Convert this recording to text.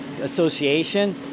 association